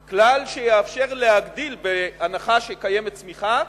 לאזרחים, כלל שיאפשר להגדיל, בהנחה שקיימת צמיחה,